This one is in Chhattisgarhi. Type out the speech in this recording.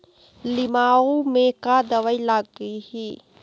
लिमाऊ मे का दवई लागिही?